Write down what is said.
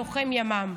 לוחם ימ"מ.